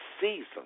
season